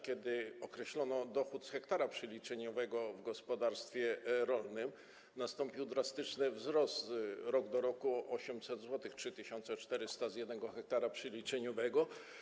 Kiedy określono dochód z hektara przeliczeniowego w gospodarstwie rolnym, nastąpił drastyczny wzrost rok do roku o 800 zł - 3400 z 1 hektara przeliczeniowego.